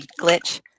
glitch